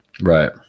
Right